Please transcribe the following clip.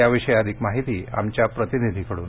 याविषयी अधिक माहिती आमच्या प्रतिनिधीकडून